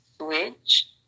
Switch